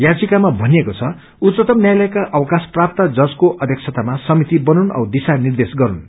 याचिकामा भनिएको छ उच्चतम न्यायलयका अवकाश प्राप्त जजको अध्यक्षतामा समिति बनून् औ दिशा निदेर्श गरून्